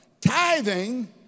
Tithing